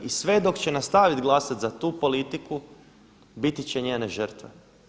I sve dok će nastavit glasiti za tu politiku biti će njene žrtve.